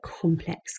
complex